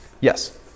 Yes